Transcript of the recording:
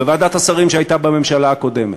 בוועדת השרים שהייתה בממשלה הקודמת,